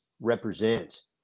represents